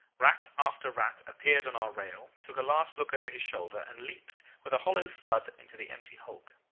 rat after rat appeared on our rail, took a last look over his shoulder, and leaped with a hollow thud into the empty hulk.